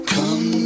Come